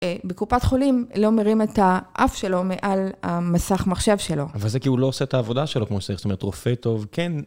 בקופת חולים לא מרים את האף שלו מעל המסך מחשב שלו. אבל זה כי הוא לא עושה את העבודה שלו, כמו שצריך, זאת אומרת, רופא טוב כן...